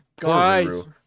guys